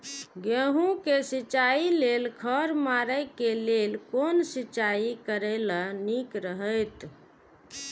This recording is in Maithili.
गेहूँ के सिंचाई लेल खर मारे के लेल कोन सिंचाई करे ल नीक रहैत?